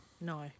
No